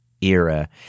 era